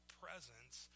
presence